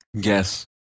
Guess